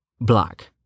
black